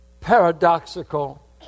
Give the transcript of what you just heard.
paradoxical